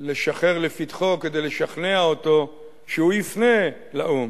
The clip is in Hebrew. לשחר לפתחו, כדי לשכנע אותו שהוא יפנה לאו"ם.